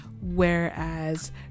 Whereas